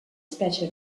specie